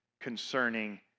concerning